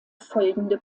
folgende